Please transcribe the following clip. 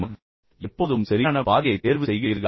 நீங்கள் எப்போதும் சரியான பாதையைத் தேர்வு செய்கிறீர்களா